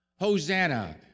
Hosanna